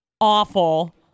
awful